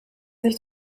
sich